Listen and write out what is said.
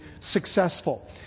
successful